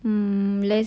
mm less